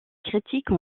critiques